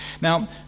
Now